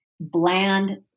bland